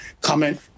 comment